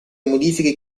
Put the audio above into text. modifiche